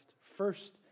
First